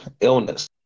illness